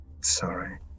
Sorry